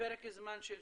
בפרק זמן של